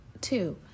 Two